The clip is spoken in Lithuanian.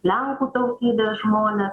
lenkų tautybės žmones